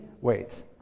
weights